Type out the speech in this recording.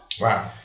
Wow